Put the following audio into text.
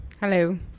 Hello